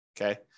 Okay